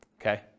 Okay